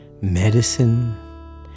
medicine